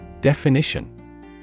Definition